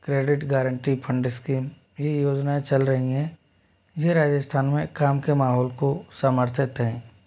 credit guarantee fund scheme ही योजना चल रही है ये राजस्थान में काम के माहौल को समर्थित है